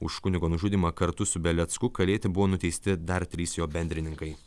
už kunigo nužudymą kartu su belecku kalėti buvo nuteisti dar trys jo bendrininkai